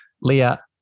Leah